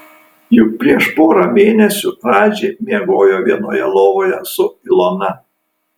juk prieš porą mėnesių radži miegojo vienoje lovoje su ilona